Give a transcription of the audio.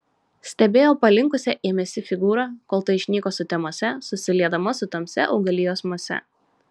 stebėjo palinkusią ėmėsi figūrą kol ta išnyko sutemose susiliedama su tamsia augalijos mase